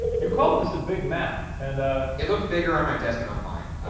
you called this a big map, and ah it looked bigger on my desk and online.